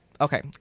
Okay